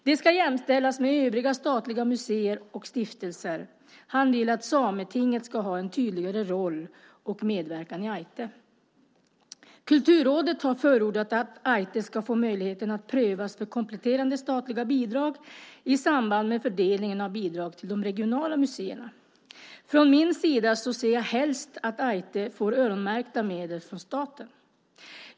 Det ska jämställas med övriga statliga museer och stiftelser. Han vill att Sametinget ska ha en tydligare roll och medverkan i Ájtte. Kulturrådet har förordat att Ájtte ska få möjligheten att prövas för kompletterande statliga bidrag i samband med fördelningen av bidragen till de regionala museerna. Från min sida ser jag helst att Ájtte får öronmärkta medel från staten.